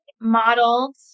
modeled